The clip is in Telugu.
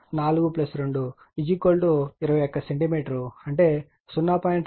5 242 21 సెంటీమీటర్ అంటే 0